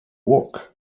walk